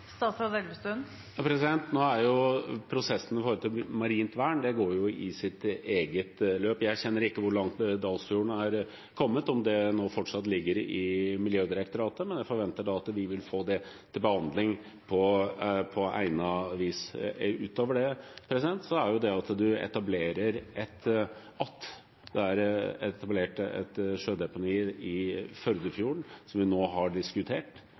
Prosessen for marint vern går jo i sitt eget løp. Jeg kjenner ikke til hvor langt man er kommet med Dalsfjorden, om det fortsatt ligger i Miljødirektoratet, men jeg forventer at vi vil få det til behandling på egnet vis. Det at det er etablert et sjødeponi i Førdefjorden, som vi nå har diskutert